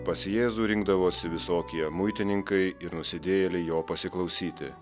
pas jėzų rinkdavosi visokie muitininkai ir nusidėjėliai jo pasiklausyti